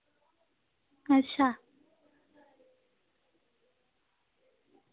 अच्छा